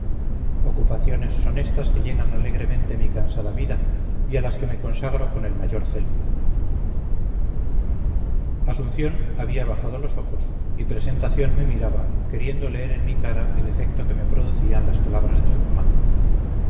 ocupaciones son estas que llenan alegremente mi cansada vida y a las que me consagro con el mayor celo asunción había bajado los ojos y presentación me miraba queriendo leer en mi cara el efecto que me producían las palabras de su mamá